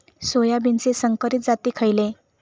सोयाबीनचे संकरित जाती खयले?